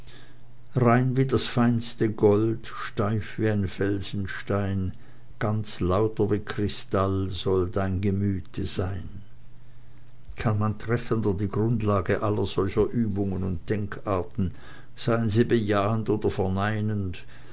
rein wie das feinste gold steif wie ein felsenstein ganz lauter wie kristall soll dein gemüte sein kann man treffender die grundlage aller solcher übungen und denkarten seien sie bejahend oder